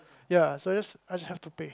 ya so just I just have to pay